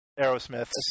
Aerosmith